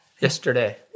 Yesterday